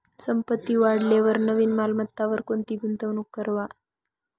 संपत्ती वाढेलवर नवीन मालमत्तावर कोणती गुंतवणूक करवा